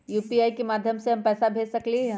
UPI के माध्यम से हम पैसा भेज सकलियै ह?